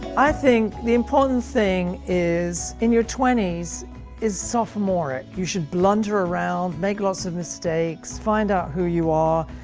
i think the important thing is in your twenty s is sophomoric. you should blunder around, make lots of mistakes, find out who you are,